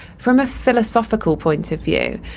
from a philosophical point of view,